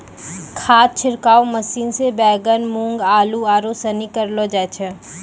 खाद छिड़काव मशीन से बैगन, मूँग, आलू, आरू सनी करलो जाय छै